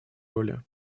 роли